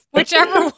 Whichever